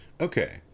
Okay